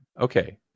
Okay